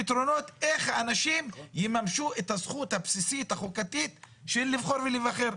איך אנשים יממשו את הזכות הבסיסית החוקתית לבחור ולהיבחר.